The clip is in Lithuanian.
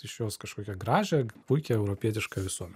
iš jos kažkokią gražią puikią europietišką visuomenę